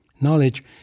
Knowledge